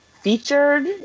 featured